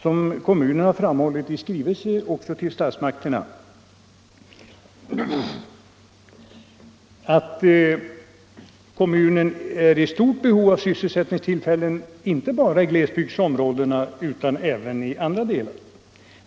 som kommunen framhållit i skrivelse till statsmakterna, att kommunen är i stort behov av sysselsättningstillfällen inte bara i glesbygdsområdena utan även i andra delar.